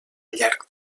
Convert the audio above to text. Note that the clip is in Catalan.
llarg